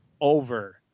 over